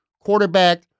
quarterback